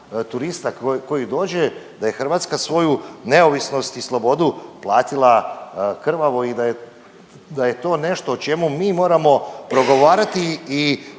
turista koji dođe, da je Hrvatska svoju neovisnost i slobodu platila krvavo i da je to nešto o čemu mi moramo progovarati i